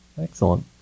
Excellent